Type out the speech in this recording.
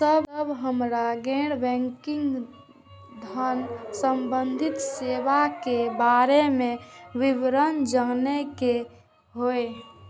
जब हमरा गैर बैंकिंग धान संबंधी सेवा के बारे में विवरण जानय के होय?